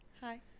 Hi